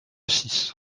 six